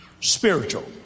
spiritual